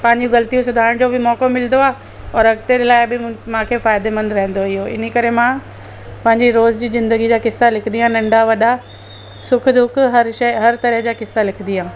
पंहिंजियूं ग़लतियूं सुधारण जो बि मौको मिलंदो आहे औरि अॻिते लाइ बि मूंखे फ़ाइदेमंद रहंदो इहो इन ई करे मां पंहिंजी रोज़ जी ज़िंदगी जा किसा लिखंदी आहियां नंढा वॾा सुख दुख हर शइ हर तरह जा किसा लिखंदी हुअमि